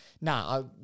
no